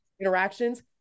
Interactions